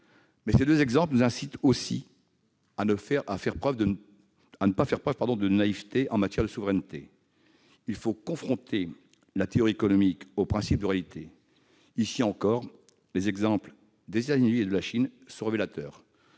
ces deux exemples nous incitent aussi à ne pas faire preuve de naïveté en matière de souveraineté. Il faut confronter la théorie économique au principe de réalité. Ici encore, les exemples des États-Unis et de la Chine sont révélateurs.